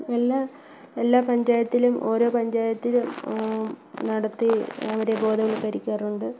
എല്ലാ എല്ലാ പഞ്ചായത്തിലും ഓരോ പഞ്ചായത്തിലും നടത്തി അവരെ ബോധവൽക്കരിക്കാറുണ്ട്